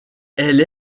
elle